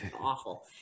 awful